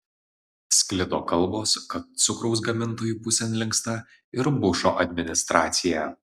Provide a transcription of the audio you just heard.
sklido kalbos kad cukraus gamintojų pusėn linksta ir bušo administracija